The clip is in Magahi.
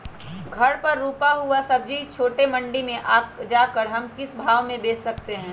घर पर रूपा हुआ सब्जी छोटे मंडी में जाकर हम किस भाव में भेज सकते हैं?